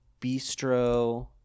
Bistro